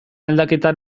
aldaketa